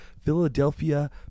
Philadelphia